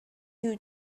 you